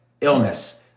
illness